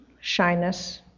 shyness